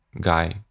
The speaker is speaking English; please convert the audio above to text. guy